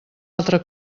altra